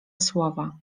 słowa